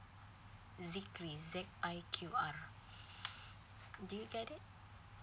ziqr z i q r did you get it